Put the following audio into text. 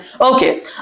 okay